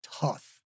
tough